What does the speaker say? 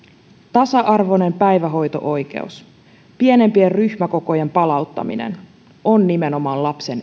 tasa arvoinen päivähoito oikeus pienempien ryhmäkokojen palauttaminen ovat nimenomaan lapsen